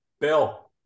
Bill